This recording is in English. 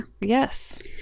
Yes